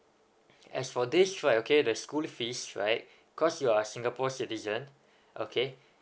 as for this right okay the school fees right cause you are singapore citizen okay